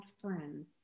friend